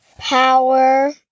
Power